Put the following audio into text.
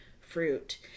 fruit